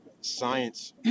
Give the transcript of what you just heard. science